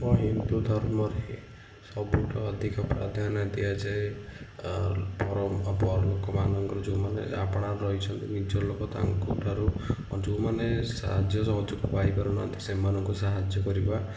ଆମ ହିନ୍ଦୁ ଧର୍ମରେ ସବୁଠୁ ଅଧିକ ପ୍ରାଧାନ୍ୟ ଦିଆଯାଏ ପରମ ପର ଲୋକମାନଙ୍କର ଯେଉଁ ମାନେ ଆପଣାର ରହିଛନ୍ତି ନିଜର ଲୋକ ତାଙ୍କଠାରୁ ଅ ଯେଉଁମାନେ ସାହାଯ୍ୟ ସହଯୋଗ ପାଇପାରୁନାହାନ୍ତି ସେହିମାନଙ୍କୁ ସାହାଯ୍ୟ କରିବା